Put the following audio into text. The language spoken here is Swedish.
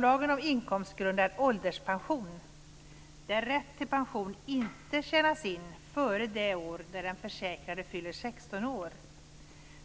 lagen om inkomstgrundad ålderspension, där rätt till pension inte tjänas in före det år då den försäkrade fyller 16 år.